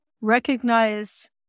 Recognize